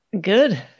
Good